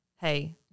hey